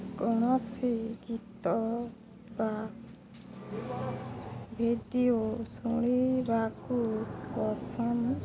କୌଣସି ଗୀତ ବା ଭିଡ଼ିଓ ଶୁଣିବାକୁ ପସନ୍ଦ